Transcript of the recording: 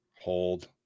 hold